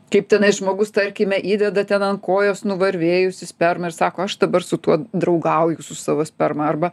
kaip tenai žmogus tarkime įdeda ten ant kojos nuvarvėjusią spermą ir sako aš dabar su tuo draugauju su savo sperma arba